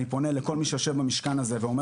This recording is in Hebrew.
אני פונה לכול מי שיושב במשכן הזה ואומר